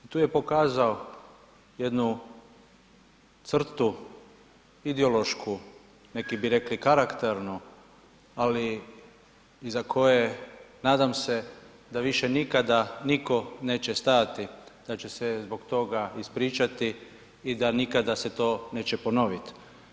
Tu je pokazao jednu crtu ideološku, neki bi rekli karakternu, ali iza koje nadam se da više nikada niko neće stajati, da će se zbog toga ispričati i da se više nikada to neće ponoviti.